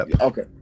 Okay